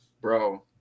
Bro